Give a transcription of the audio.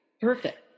Perfect